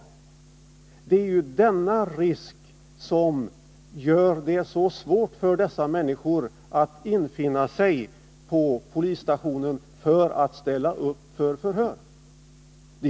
Det är ju denna risk som gör det så svårt för dessa människor att infinna sig på polisstationen för att ställa upp för förhör.